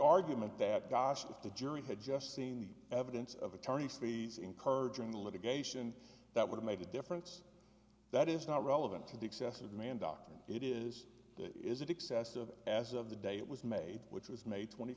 argument that gosh if the jury had just seen the evidence of attorney's fees encouraging litigation that would have made a difference that is not relevant to the excessive man doctoring it is that is it excessive as of the day it was made which was made twenty